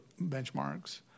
benchmarks